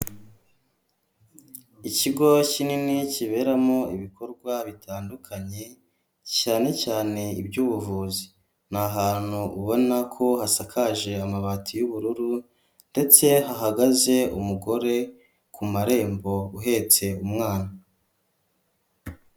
Ikigo kinini kiberamo ibikorwa bitandukanye cyane cyane iby'ubuvuzi, ni ahantu ubona ko hasakaje amabati y'ubururu ndetse ahagaze umugore ku marembo uhetse umwana.